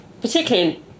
particularly